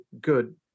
good